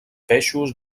peixos